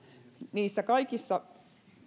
niissä kaikissa